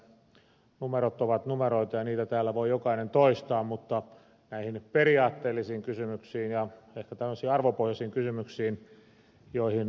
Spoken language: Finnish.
töllin puheenvuorosta että numerot ovat numeroita ja niitä täällä voi jokainen toistaa mutta näihin periaatteellisiin kysymyksiin ja ehkä arvopohjaisiin kysymyksiin joihin ed